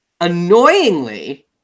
annoyingly